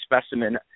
specimen